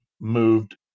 moved